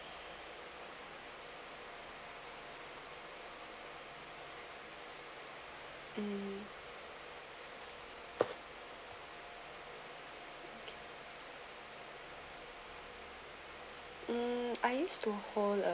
um um I use to hold a